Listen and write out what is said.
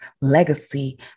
legacy